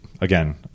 again